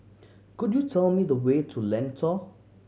could you tell me the way to Lentor